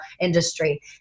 industry